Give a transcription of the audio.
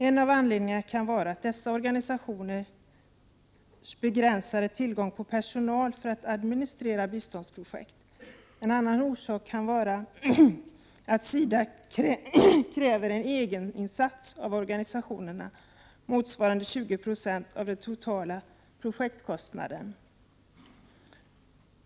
En av anledningarna till detta kan vara dessa organisationers begränsade tillgång på personal för att administrera biståndsprojekt. En annan orsak kan vara att SIDA kräver en egeninsats av organisationerna motsvarande 20 90 av den totala projektkostnaden.